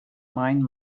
mind